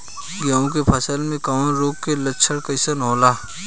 गेहूं के फसल में कवक रोग के लक्षण कइसन होला?